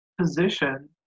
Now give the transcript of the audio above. position